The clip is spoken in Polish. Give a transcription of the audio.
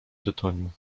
tytoniu